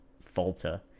falter